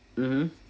mmhmm